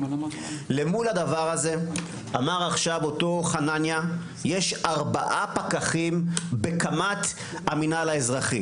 למול הדבר הזה אמר עכשיו חנניה יש ארבעה פקחים בקמ"ט המינהל האזרחי.